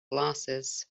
glasses